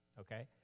okay